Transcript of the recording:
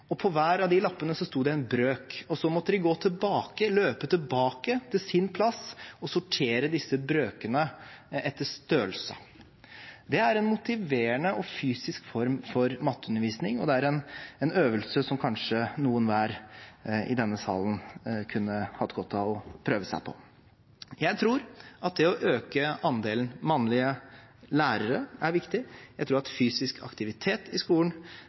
farge på, og på hver av de lappene sto det en brøk. Så måtte de løpe tilbake til plassen sin og sortere disse brøkene etter størrelse. Det er en motiverende og fysisk form for matteundervisning, og det er en øvelse som kanskje noen hver i denne salen kunne hatt godt av å prøve seg på. Jeg tror at det å øke andelen mannlige lærere er viktig, jeg tror at fysisk aktivitet i skolen